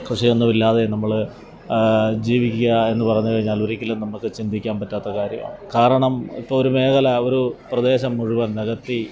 കൃഷിയൊന്നും ഇല്ലാതെ നമ്മൾ ജീവിക്കുക എന്ന് പറഞ്ഞ് കഴിഞ്ഞാൽ ഒരിക്കലും നമുക്ക് ചിന്തിക്കാന് പറ്റാത്ത കാര്യമാണ് കാരണം ഇപ്പം ഒരു മേഖല ഒരു പ്രദേശം മുഴുവന് നികത്തി